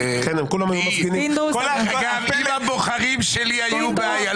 אם הבוחרים שלי היו באיילון,